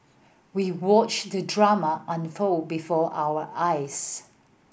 we watched the drama unfold before our eyes